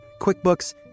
QuickBooks